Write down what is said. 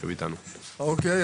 אוקי,